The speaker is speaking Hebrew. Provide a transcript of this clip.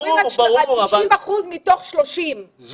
אנחנו מדברים על 30 אחוזים מתוך 30. ברור.